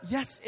Yes